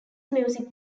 music